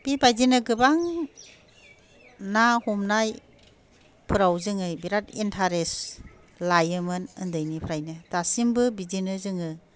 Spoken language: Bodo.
बिबादिनो गोबां ना हमनाय फोराव जोङो बिराथ इन्टारेस्ट लायोमोन ओन्दैनिफ्रायनो दासिमबो बिदिनो जोङो